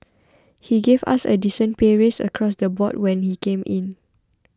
he gave us a decent pay raise across the board when he came in